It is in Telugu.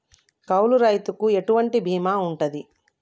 కౌలు రైతులకు ఎటువంటి బీమా ఉంటది?